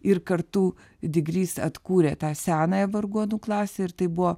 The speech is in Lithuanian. ir kartu digrys atkūrė tą senąją vargonų klasę ir tai buvo